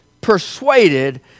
persuaded